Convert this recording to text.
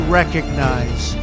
recognize